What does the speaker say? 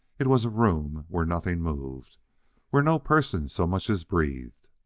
it was a room where nothing moved where no person so much as breathed.